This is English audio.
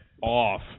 off